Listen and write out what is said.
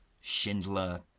Schindler